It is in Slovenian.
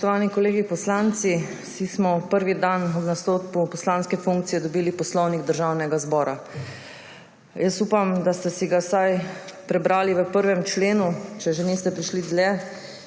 SDS): Spoštovani kolegi poslanci! Vsi smo prvi dan ob nastopu poslanske funkcije dobili Poslovnik Državnega zbora. Upam, da ste si ga vsaj prebrali v 1. členu, če že niste prišli dlje,